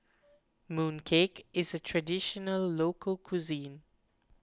Mooncake is a Traditional Local Cuisine